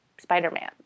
Spider-Man